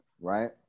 right